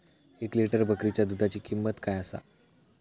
एक लिटर बकरीच्या दुधाची किंमत काय आसा?